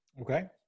Okay